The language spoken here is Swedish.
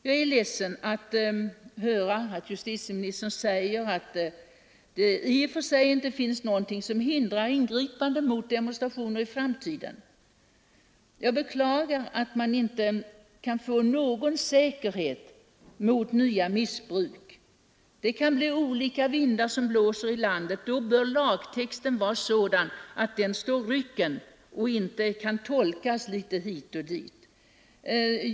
Jag är ledsen över att höra att justitieministern säger att i och för sig ingenting hindrar liknande ingripanden mot demonstrationer i framtiden. Jag beklagar att någon säkerhet inte kan ställas för att nya missbruk inte kommer att ske. När olika vindar blåser i landet bör lagtexten vara sådan att den står rycken och inte kan tolkas på olika sätt.